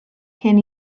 cyn